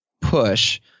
push